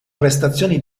prestazioni